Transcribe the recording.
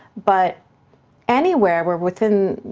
but anywhere, we're within,